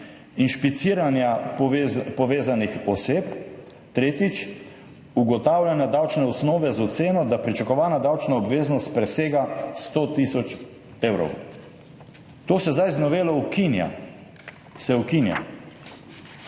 inšpiciranje povezanih oseb, tretjič, ugotavljanje davčne osnove z oceno, da pričakovana davčna obveznost presega 100 tisoč evrov. To se zdaj z novelo ukinja.